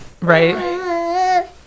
right